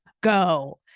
go